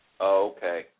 Okay